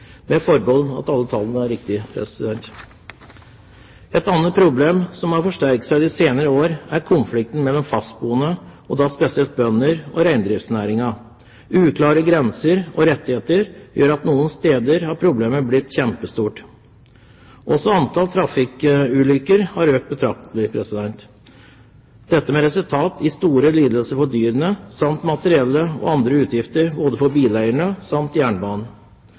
med forbehold om at alle tallene er riktige. Et annet problem som har forsterket seg de senere år, er konflikten mellom fastboende, og da spesielt bønder, og reindriftsnæringen. Uklare grenser og rettigheter gjør at problemet noen steder har blitt kjempestort. Også antall trafikkulykker har økt betraktelig. Dette har som resultat store lidelser for dyrene samt materielle skader og andre utgifter, både for bileierne og jernbanen.